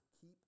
Keep